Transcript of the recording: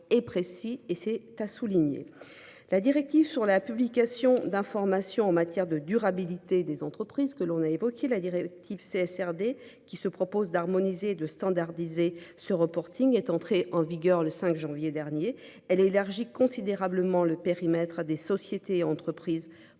la directive sur la publication d'informations en matière de durabilité des entreprises que l'on a évoqué la directive CSR dès qui se propose d'harmoniser de standardiser ce reporting est entré en vigueur le 5 janvier dernier, elle élargit considérablement le périmètre à des sociétés entreprises